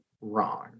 wrong